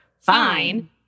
fine